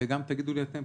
וגם תגידו לי אתם,